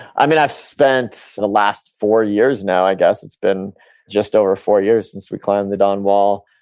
i've i've spent the last four years now, i guess it's been just over four years since we climbed the dawn wall.